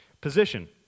position